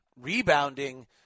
rebounding